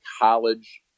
college